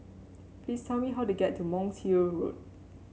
please tell me how to get to Monk's Hill Road